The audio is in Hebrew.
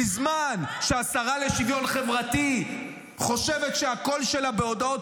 בזמן שהשרה לשוויון חברתי חושבת שהקול שלה בהודעות